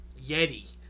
Yeti